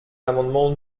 l’amendement